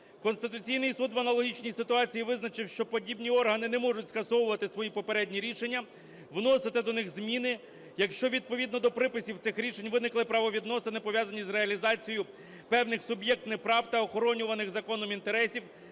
Конституційний Суд в аналогічній ситуації визначив, що подібні органи не можуть скасовувати свої попередні рішення, вносити до них зміни, якщо відповідно до приписів цих рішень виникли правовідносини, пов'язані з реалізацією певних суб'єктних прав та охоронюваних законом інтересів,